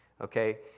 Okay